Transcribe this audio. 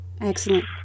Excellent